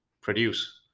produce